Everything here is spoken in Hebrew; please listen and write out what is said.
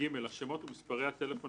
השמות ומספרי הטלפון,